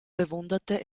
bewunderte